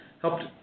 helped